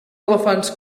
elefants